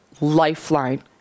lifeline